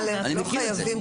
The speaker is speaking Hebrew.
אני מכיר את זה.